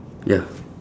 ya